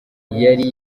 yari